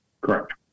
Correct